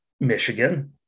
Michigan